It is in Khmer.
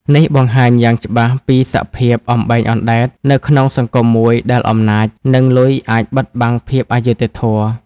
នេះបង្ហាញយ៉ាងច្បាស់ពីសភាព "អំបែងអណ្ដែត" នៅក្នុងសង្គមមួយដែលអំណាច និងលុយអាចបិទបាំងភាពអយុត្តិធម៌។